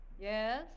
Yes